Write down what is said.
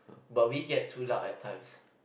but we get too loud at times